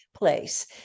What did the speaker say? Place